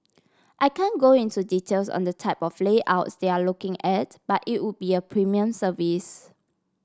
I can go into details on the type of layouts they're looking at but it would be a premium service